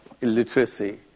illiteracy